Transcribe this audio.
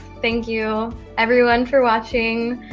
thank you everyone for watching.